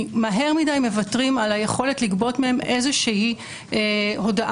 מהר מדי מוותרים על היכולת לגבות מהם איזושהי הודאה.